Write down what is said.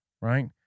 right